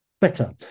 Better